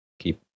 keep